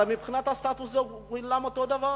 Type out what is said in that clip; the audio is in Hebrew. הרי מבחינת הסטטוס כולם אותם הדבר,